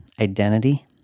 Identity